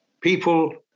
people